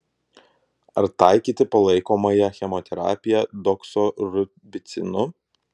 ar taikyti palaikomąją chemoterapiją doksorubicinu